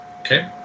Okay